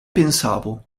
pensavo